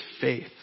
faith